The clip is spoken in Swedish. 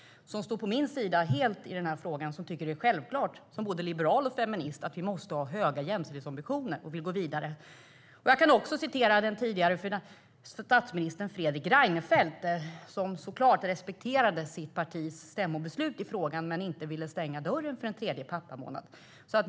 Han står helt på min sida i den här frågan och tycker att det är självklart som både liberal och feminist att vi måste ha höga jämställdhetsambitioner och vill gå vidare. Jag kan också citera den tidigare statsministern Fredrik Reinfeldt, som såklart respekterade sitt partis stämmobeslut i frågan men inte ville stänga dörren för en tredje pappamånad.